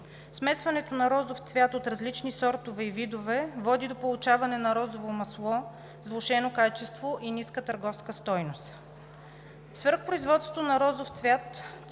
Смесването на розов цвят от различни сортове и видове води до получаване на розово масло с влошено качество и ниска търговска стойност. Свръхпроизводството на розов цвят